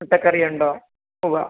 മുട്ടക്കറിയുണ്ടോ ഉവ്വ്